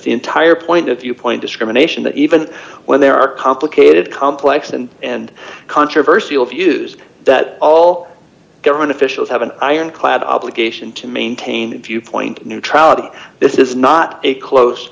the entire point of view point discrimination that even when there are complicated complex and and controversial views that all government officials have an ironclad obligation to maintain viewpoint neutrality this is not a close